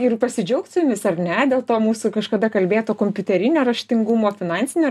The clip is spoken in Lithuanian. ir pasidžiaugt su jumis ar ne dėl to mūsų kažkada kalbėto kompiuterinio raštingumo finansinio